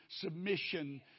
submission